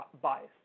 bias